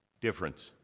difference